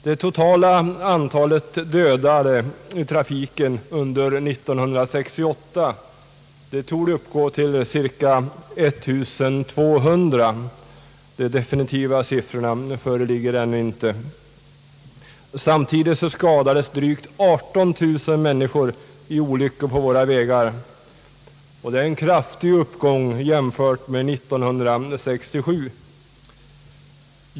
Det totala antalet dödade i trafiken under 1968 torde uppgå till cirka 1 200. De definitiva siffrorna föreligger ännu inte. Samtidigt skadades drygt 18 000 människor i olyckor på våra vägar. Det är en kraftig uppgång jämfört med 1967.